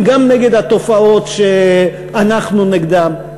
הם גם נגד התופעות שאנחנו נגדן.